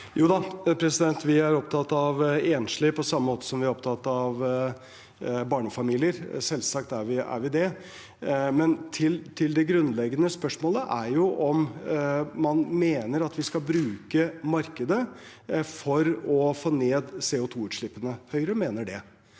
vi er opptatt av enslige på samme måte som vi er opptatt av barnefamilier, selvsagt er vi det. Det grunnleggende spørsmålet er imidlertid om man mener at vi skal bruke markedet for å få ned CO2-utslippene. Høyre mener det.